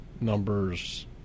numbers